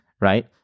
right